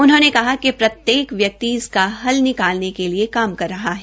उन्होंने कहा कि प्रत्येक व्यक्ति इसका हल निकालने के लिए काम कर रहा है